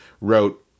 wrote